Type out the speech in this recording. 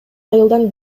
айылдан